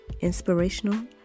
Inspirational